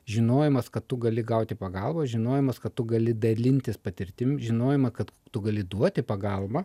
žinojimas kad tu gali gauti pagalbą žinojimas kad tu gali dalintis patirtim žinojimas kad tu gali duoti pagalbą